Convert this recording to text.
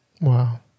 Wow